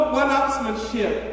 one-upsmanship